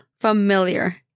familiar